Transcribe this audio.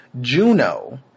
Juno